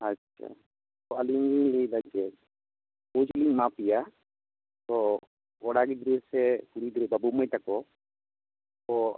ᱟᱪᱪᱷᱟ ᱟᱹᱞᱤᱧ ᱞᱤᱧ ᱞᱟᱹᱭᱮᱫᱟ ᱪᱮᱫ ᱠᱳᱪ ᱞᱤᱧ ᱮᱢᱟ ᱯᱮᱭᱟ ᱛᱳ ᱠᱚᱲᱟ ᱜᱤᱫᱽᱨᱟᱹ ᱥᱮ ᱠᱩᱲᱤ ᱜᱤᱫᱽᱨᱟᱹ ᱵᱟᱹᱵᱩ ᱢᱟᱭ ᱛᱟᱠᱚ ᱠᱚ